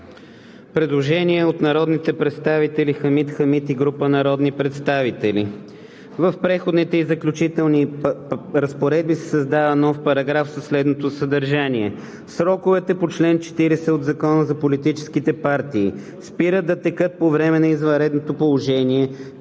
Предложение от народните представители Хамид Хамид и група народни представители: В Преходни и заключителни разпоредби се създава §… със следното съдържание: „Сроковете по чл. 40 от Закона за политическите партии, спират да текат по време на извънредното положение,